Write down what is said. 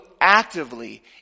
actively